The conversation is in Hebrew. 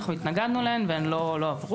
אנחנו התנגדנו להם והם לא עברו,